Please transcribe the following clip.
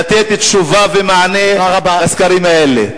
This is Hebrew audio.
לתת תשובה ומענה לסקרים האלה.